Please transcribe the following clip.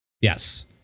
Yes